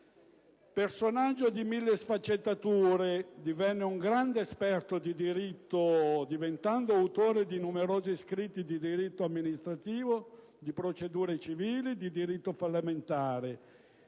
Personaggio dalle mille sfaccettature, egli divenne un grande esperto di diritto; fu autore di numerosi scritti di diritto amministrativo, di procedura civile e di diritto fallimentare;